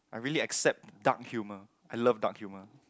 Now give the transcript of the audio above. I really accept dark humor I love dark humor